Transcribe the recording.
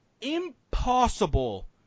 impossible